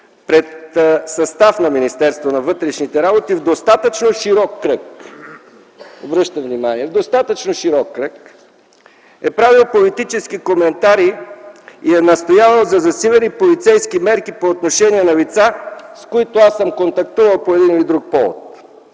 пред състав на Министерството на вътрешните работи в достатъчно широк кръг – обръщам внимание – достатъчно широк кръг, е правил политически коментари и е настоявал за засилени полицейски мерки по отношение на лица, с които съм контактувал по един или друг повод.